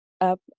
up